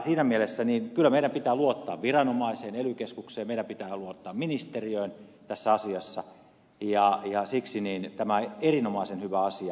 siinä mielessä kyllä meidän pitää luottaa viranomaiseen ely keskukseen meidän pitää luottaa ministeriöön tässä asiassa ja siksi tämä on erinomaisen hyvä asia